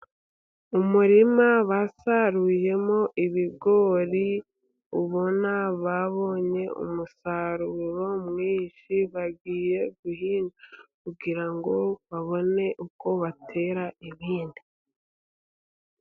Umurima basaruyemo ibigori ubona babonye umusaruro mwinshi, bagiye guhinga kugira ngo babone uko batera ibindi.